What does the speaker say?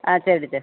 ஆ சரி டீச்சர்